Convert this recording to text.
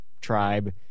tribe